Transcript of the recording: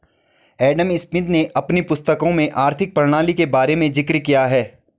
Adam Smith ने अपनी पुस्तकों में आर्थिक प्रणाली के बारे में जिक्र किया है